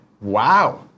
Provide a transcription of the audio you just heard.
Wow